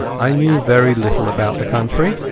i knew very little about the country,